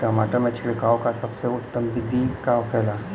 टमाटर में छिड़काव का सबसे उत्तम बिदी का होखेला?